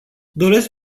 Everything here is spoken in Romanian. doresc